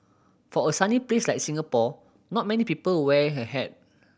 for a sunny place like Singapore not many people wear a hat